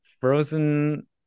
frozen